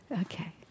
Okay